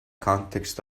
context